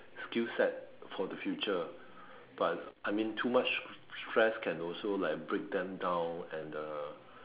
skillset for the future but I mean too much stress can also like break them down and the